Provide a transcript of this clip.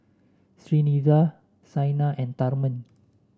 Srinivasa Saina and Tharman